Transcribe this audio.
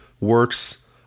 works